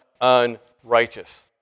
unrighteous